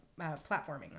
platforming